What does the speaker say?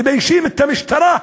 מביישים את המשטרה,